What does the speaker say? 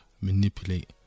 manipulate